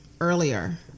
earlier